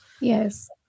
Yes